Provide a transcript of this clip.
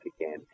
again